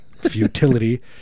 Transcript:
Futility